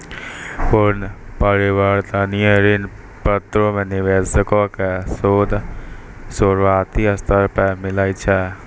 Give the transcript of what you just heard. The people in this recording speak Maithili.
पूर्ण परिवर्तनीय ऋण पत्रो मे निवेशको के सूद शुरुआती स्तर पे मिलै छै